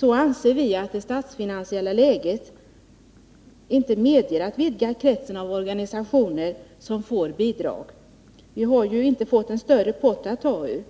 anser vi att det statsfinansiella läget inte medger att man vidgar kretsen av organisationer som får bidrag. Vi har ju inte fått en större pott att ta ur.